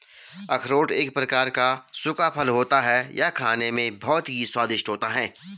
अखरोट एक प्रकार का सूखा फल होता है यह खाने में बहुत ही स्वादिष्ट होता है